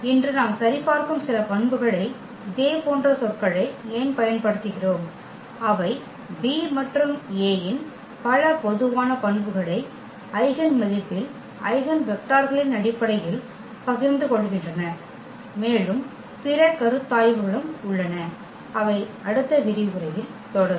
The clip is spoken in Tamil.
இன்று நாம் சரிபார்க்கும் சில பண்புகளை இதே போன்ற சொற்களை ஏன் பயன்படுத்துகிறோம் அவை B மற்றும் A இன் பல பொதுவான பண்புகளை ஐகென் மதிப்பில் ஐகென் வெக்டர்களின் அடிப்படையில் பகிர்ந்து கொள்கின்றன மேலும் பிற கருத்தாய்வுகளும் உள்ளன அவை அடுத்த விரிவுரையில் தொடரும்